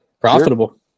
profitable